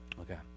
Okay